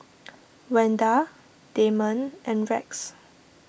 Wanda Damon and Rex